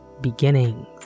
Beginnings